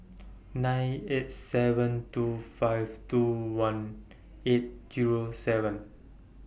nine eight seven two five two one eight Zero seven